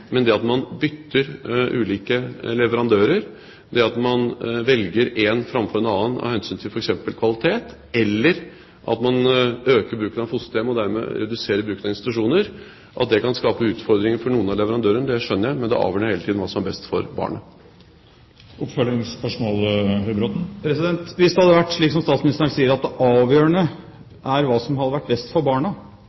men at det at man bytter ulike leverandører ved at man velger én framfor en annen av hensyn til f.eks. kvalitet, eller at man øker bruken av fosterhjem og dermed reduserer bruken av institusjoner, kan skape utfordringer for noen av leverandørene, skjønner jeg, men det avgjørende er hele tiden hva som er best for barnet. Hvis det hadde vært slik som statsministeren sier, at det avgjørende